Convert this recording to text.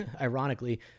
ironically